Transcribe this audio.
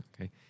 okay